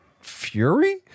Fury